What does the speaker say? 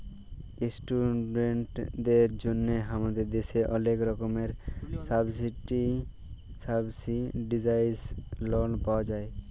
ইশটুডেন্টদের জন্হে হামাদের দ্যাশে ওলেক রকমের সাবসিডাইসদ লন পাওয়া যায়